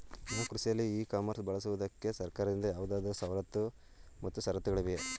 ನಾನು ಕೃಷಿಯಲ್ಲಿ e commerce ಬಳಸುವುದಕ್ಕೆ ಸರ್ಕಾರದಿಂದ ಯಾವುದಾದರು ಸವಲತ್ತು ಮತ್ತು ಷರತ್ತುಗಳಿವೆಯೇ?